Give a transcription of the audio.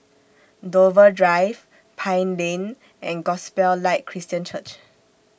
Dover Drive Pine Lane and Gospel Light Christian Church